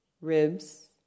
ribs